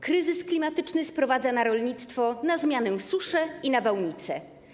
Kryzys klimatyczny sprowadza na rolnictwo na zmianę susze i nawałnice.